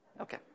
Okay